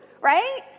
right